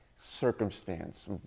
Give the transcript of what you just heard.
circumstance